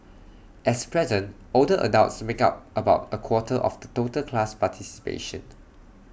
as present older adults make up about A quarter of the total class participation